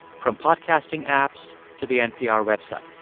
from podcasting apps to the npr website.